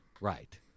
Right